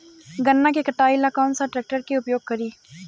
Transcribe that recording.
गन्ना के कटाई ला कौन सा ट्रैकटर के उपयोग करी?